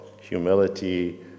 humility